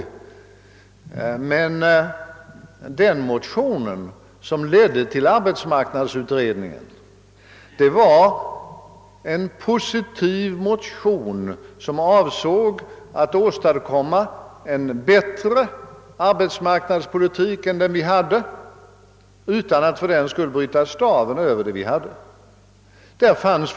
Emellertid var den motionen positiv, och den ledde till arbetsmarknadsutredningen, som avsåg att åstadkomma en bättre arbetsmarknadspolitik än den vi hade utan att för den skull bryta staven över den politik som fördes.